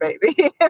baby